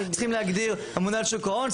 צריכים להגדיר הממונה על שוק ההון,